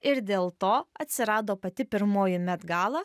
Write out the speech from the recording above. ir dėl to atsirado pati pirmoji met gala